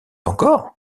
encore